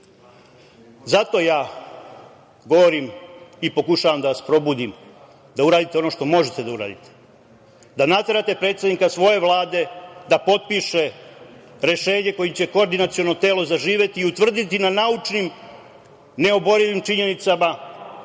ja govorim i pokušavam da vas probudim da uradite ono što možete da uradite, da naterate predsednika svoje Vlade da potpiše rešenje kojim će koordinaciono telo zaživeti i utvrditi na naučnim neoborivim činjenicama